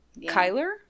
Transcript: Kyler